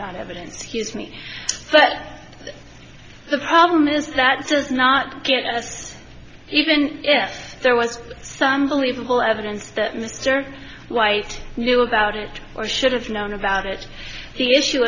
not evidence scuse me but the problem is that it does not get us even yes there was some believable evidence that mr white knew about it or should have known about it the issue